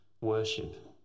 worship